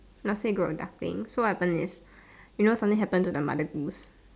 grow ducklings so what happen is you know something happened to the mother goose